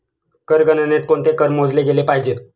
कर गणनेत कोणते कर मोजले गेले पाहिजेत?